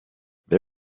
they